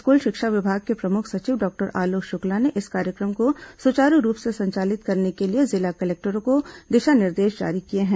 school शिक्षा विभाग के प्रमुख सचिव डॉक्टर आलोक शुक्ला ने इस कार्यक्रम को सुचारू रूप से संचालित करने के लिए जिला कलेक्टरों को दिशा निर्देश जारी किए हैं